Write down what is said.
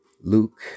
Luke